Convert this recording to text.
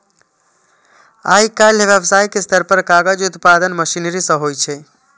आइकाल्हि व्यावसायिक स्तर पर कागजक उत्पादन मशीनरी सं होइ छै